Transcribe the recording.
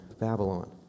Babylon